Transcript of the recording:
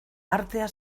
artea